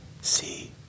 See